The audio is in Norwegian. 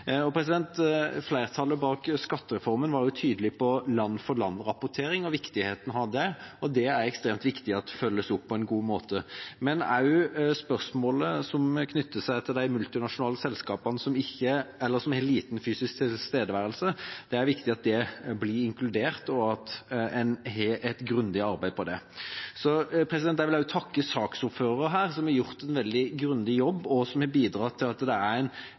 Flertallet bak skattereformen var jo tydelige på viktigheten av land-for-land-rapporteringen, og det er ekstremt viktig at dette følges opp på en god måte. Men det er også viktig at spørsmålet som knytter seg til de multinasjonale selskapene som har liten fysisk tilstedeværelse, blir inkludert, og at en har et grundig arbeid på det. Jeg vil også takke saksordføreren her som har gjort en veldig grundig jobb, og som har bidratt til at det er en